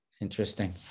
Interesting